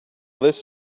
this